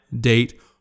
date